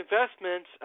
investments